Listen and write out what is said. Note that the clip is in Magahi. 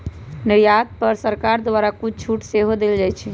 निर्यात पर सरकार द्वारा कुछ छूट सेहो देल जाइ छै